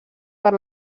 per